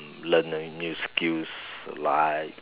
learn a new skills you like